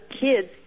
kids